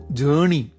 journey